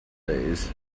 days